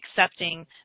accepting